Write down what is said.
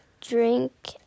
drink